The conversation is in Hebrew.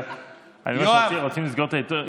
הוא מזעזע לחלוטין.